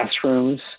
classrooms